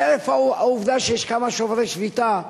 חרף העובדה שיש כמה שוברי שביתה,